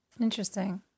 Interesting